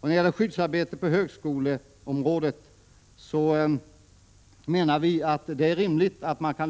När det gäller skyddsarbete på högskoleområdet menar vi att det är rimligt att